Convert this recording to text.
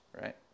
right